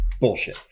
bullshit